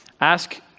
Ask